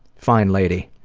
fine lady!